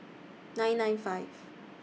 nine nine five